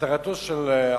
מטרת חוק השקעות